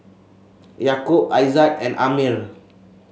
Yaakob Aizat and Ammir